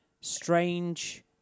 strange